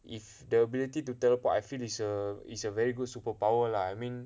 if the ability to teleport I feel is a is a very good superpower lah I mean